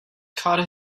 caught